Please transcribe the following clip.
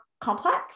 complex